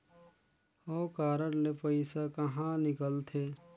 हव कारड ले पइसा कहा निकलथे?